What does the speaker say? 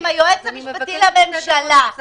אני מבקשת שתי דקות הפסקה.